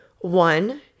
one